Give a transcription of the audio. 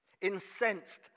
Incensed